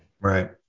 Right